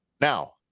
Now